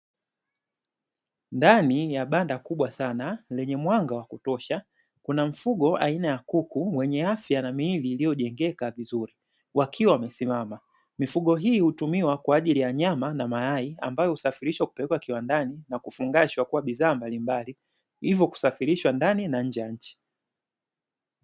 Ndani ya banda kubwa sana lenye mwanga wa kutosha, kuna mfugo aina ya kuku wenye afya na miili iliyojengeka vizuri wakiwa wamesimama. Mifugo hii hutumiwa kwa ajili ya nyama na mayai ambayo husafirishwa kupelekwa kiwandani, na kufungashwa kuwa bidhaa mbalimbali hivyo kusafirishwa ndani na nje ya nchi.